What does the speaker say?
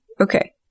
okay